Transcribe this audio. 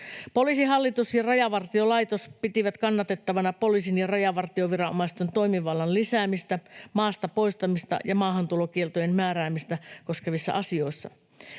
Poliisihallitus ja Rajavartiolaitos pitivät kannatettavana poliisin ja rajavartioviranomaisten toimivallan lisäämistä maasta poistamista ja maahantulokieltojen määräämistä koskevissa asioissa.